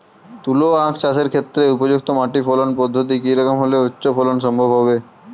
তুলো আঁখ চাষের ক্ষেত্রে উপযুক্ত মাটি ফলন পদ্ধতি কী রকম হলে উচ্চ ফলন সম্ভব হবে?